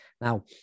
now